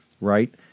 right